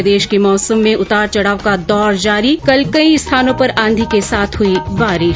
प्रदेश के मौसम में उतार चढाव का दौर जारी कल कई स्थानों पर आंधी के साथ हुई बारिश